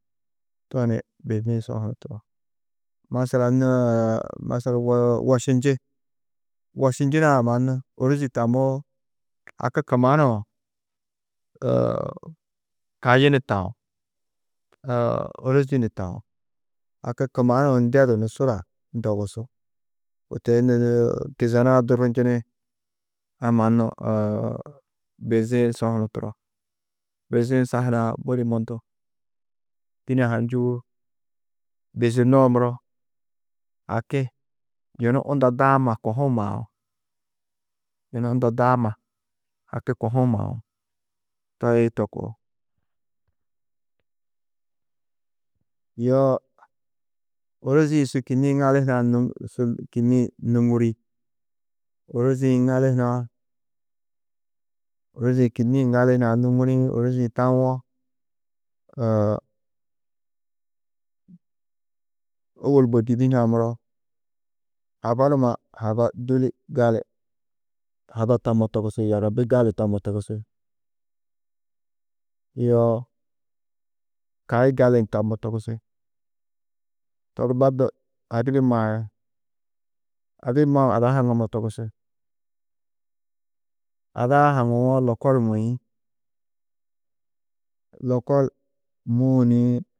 To ni bizi-ĩ so hunu turo, masalan nû masal wo- wošinji, wošinjinã mannu ôrozi tamoó haki kumanuũ kayi ni taú, ôrozi ni taú, haki kumanuũ ndedu ni sura ndogusú. Kôi to di kizenu-ã durrunjini, a mannu bizi-ĩ so hunu turo. Bizi-ĩ sa hunã budi mundu, dîne-ã ha njûwo, bizinoo muro haki yunu unda daama, kohuũ maú, yunu unda daama haki kohuũ maú. Toi to koo, yo ôrozi-ĩ su kînniĩ ŋali hunã nû-su kînniĩ nûŋuri, ôrozi-ĩ ŋali hunã ôrozi-ĩ kînniĩ ŋali hunã nûŋurĩ, ôrozi-ĩ tawo ôwol bôdidi hunã muro, hago numa hago dûli gali, hago tammo togusi, yagabi gali tammo togusi, yoo kayi gali ni tammo togusi, to di baddu adibi maĩ, adibi mau ada haŋumo togusi, ada-ã haŋuwo lokol mûĩ, lokol mûũ ni.